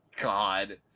God